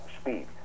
speed